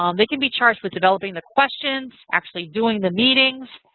um they can be charged with developing the questions, actually doing the meetings,